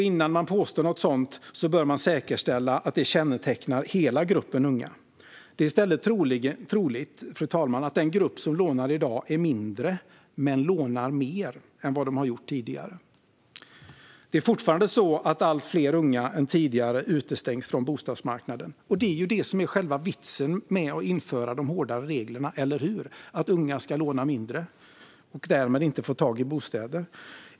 Innan man påstår något sådant som ministern gjorde bör man säkerställa att det kännetecknar hela gruppen unga. Det är i stället troligt att den grupp som lånar i dag är mindre men lånar mer än vad den har gjort tidigare. Det är fortfarande så att fler unga än tidigare utestängs från bostadsmarknaden. Det är det som är själva vitsen med att införa de hårdare reglerna, alltså att unga ska låna mindre och därmed inte få tag i bostäder, eller hur?